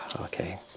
Okay